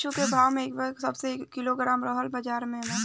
कद्दू के भाव इ हफ्ता मे कइसे किलोग्राम रहल ह बाज़ार मे?